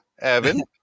Evan